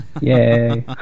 Yay